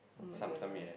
[oh]-my-goodness